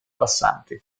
passanti